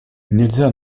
нельзя